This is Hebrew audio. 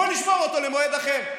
בוא נשמור אותו למועד אחר.